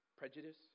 Prejudice